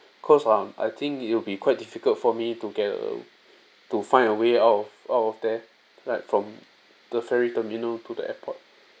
cause um I think it'll be quite difficult for me to get to to find a way out of out of there like from the ferry terminal to the airport